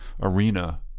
arena